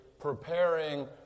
preparing